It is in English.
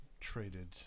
traded